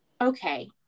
Okay